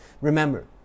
Remember